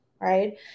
Right